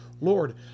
Lord